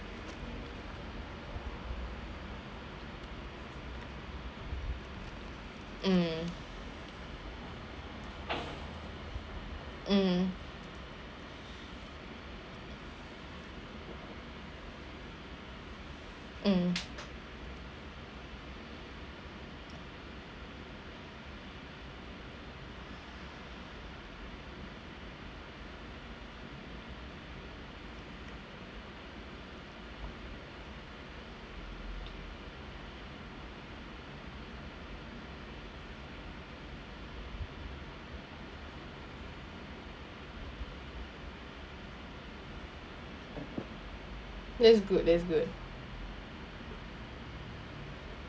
mm mm mm that's good that's good